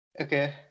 Okay